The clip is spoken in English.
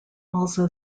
also